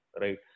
right